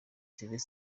services